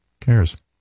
cares